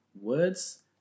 words